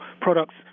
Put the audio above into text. products